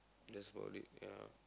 that's about it ya